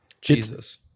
Jesus